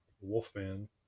Wolfman